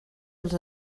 els